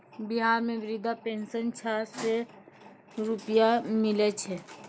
बिहार मे वृद्धा पेंशन छः सै रुपिया मिलै छै